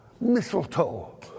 Mistletoe